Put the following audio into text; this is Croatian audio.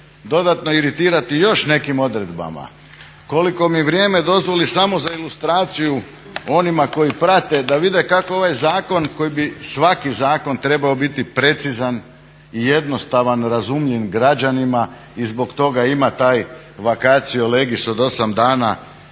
dodatno iritirati još nekim odredbama. Koliko mi vrijeme dozvoli samo za ilustraciju onima koji prate da vide kako ovaj zakon koji bi, svaki zakon trebao biti precizan i jednostavan, razumljiv građanima i zbog toga ima taj vacatio legis od osam dana